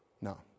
no